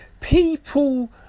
people